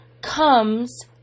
comes